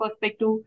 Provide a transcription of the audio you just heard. perspective